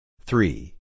Three